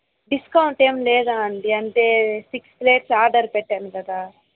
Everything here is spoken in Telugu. డిస్కౌంట్ ఏమి లేదా అండి అంటే సిక్స్ ప్లేట్స్ ఆర్డర్ పెట్టాను కదా